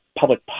public